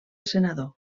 senador